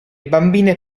bambine